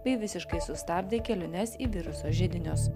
bei visiškai sustabdė keliones į viruso židinius